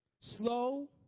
slow